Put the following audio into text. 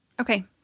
Okay